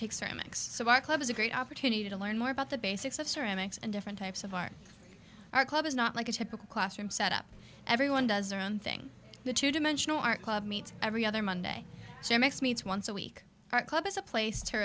take ceramics so our club is a great opportunity to learn more about the basics of ceramics and different types of art our club is not like a typical classroom set up everyone does their own thing the two dimensional art club meets every other monday meets once a week club is a place to